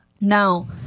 Now